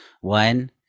one